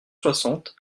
soixante